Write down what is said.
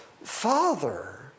Father